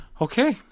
Okay